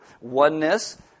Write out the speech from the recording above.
oneness